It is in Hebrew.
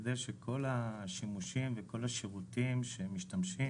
כדי שכל השימושים וכל השירותים של המשתמשים